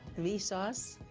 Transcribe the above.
vsauce?